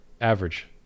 average